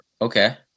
Okay